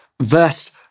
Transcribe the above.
Verse